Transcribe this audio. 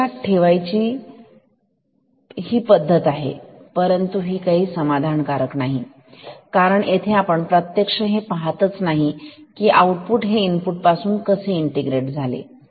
लक्षात ठेवण्याची ही पद्धत आहे परंतु ही काही फार समाधानकारक नाही कारण येथे आपण प्रत्यक्ष हे पाहतच नाही की आउटपुट हे इनपुट पासून कसे इंटिग्रेट झाले